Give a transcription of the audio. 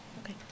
Okay